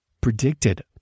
predicted